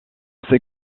sait